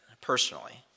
personally